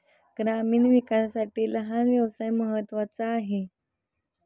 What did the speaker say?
ग्रामीण विकासासाठी लहान व्यवसाय महत्त्वाचा आहे